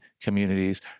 communities